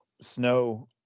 snow